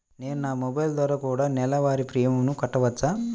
నేను నా మొబైల్ ద్వారా కూడ నెల వారి ప్రీమియంను కట్టావచ్చా?